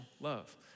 love